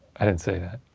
i didn't say that.